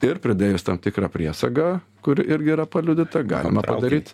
ir pridėjus tam tikrą priesagą kuri irgi yra paliudyta galima daryt